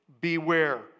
Beware